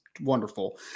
wonderful